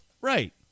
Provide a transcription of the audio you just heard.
Right